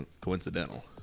coincidental